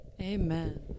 Amen